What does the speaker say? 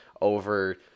over